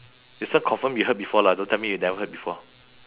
this one confirm you heard before lah don't tell me you never heard before